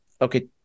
okay